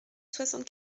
soixante